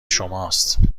شماست